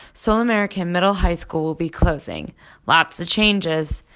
seoul american middle high school will be closing lots of changes.